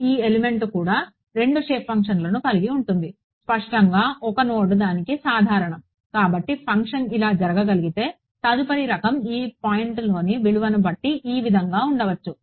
ఈ ఎలిమెంట్ కూడా రెండు షేప్ విధులను కలిగి ఉంటుంది స్పష్టంగా 1 నోడ్ దానికి సాధారణం కాబట్టి ఫంక్షన్ ఇలా జరగగలిగితే తదుపరి రకం ఈ పాయింట్లోని విలువను బట్టి ఈ విధంగా ఉండచ్చు